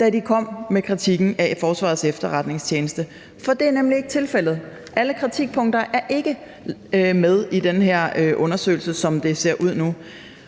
da de kom med kritikken af Forsvarets Efterretningstjeneste. For det er nemlig ikke tilfældet: Alle kritikpunkter er ikke med i den her undersøgelse, som det ser ud nu,